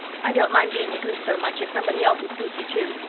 i don't mind being a goose so much if somebody else is goosey, too.